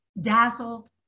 dazzled